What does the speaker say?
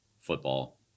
football